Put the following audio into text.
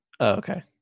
Okay